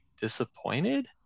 disappointed